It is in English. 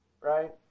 right